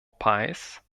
peijs